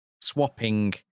swapping